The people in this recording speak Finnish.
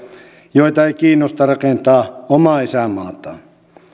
joita ei kiinnosta rakentaa omaa isänmaataan